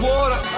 Water